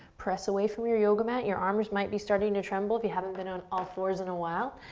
press away from your yoga mat. your arms might be starting to tremble if you haven't been on all fours in a while.